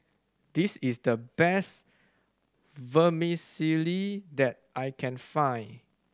this is the best Vermicelli that I can find